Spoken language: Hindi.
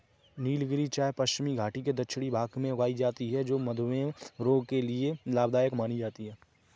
नीलगिरी चाय पश्चिमी घाटी के दक्षिणी भाग में उगाई जाती है जो मधुमेह रोग के लिए लाभदायक मानी जाती है